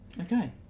Okay